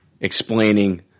explaining